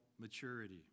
maturity